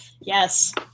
Yes